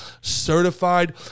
certified